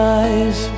eyes